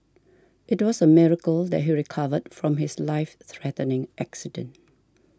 it was a miracle that he recovered from his life threatening accident